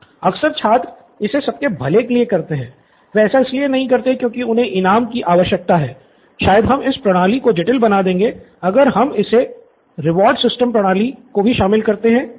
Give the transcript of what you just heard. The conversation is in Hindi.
अक्सर छात्र इसे सबके भले के लिए करते हैं वे ऐसा इसलिए नहीं करते हैं क्योंकि उन्हें इनाम की आवश्यकता होती है शायद हम इस प्रणाली को शामिल करते हैं तो